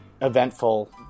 eventful